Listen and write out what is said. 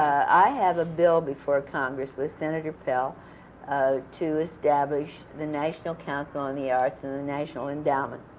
i have a bill before congress with senator pell to establish the national council on the arts and the national endowment.